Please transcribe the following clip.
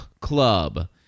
Club